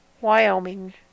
Wyoming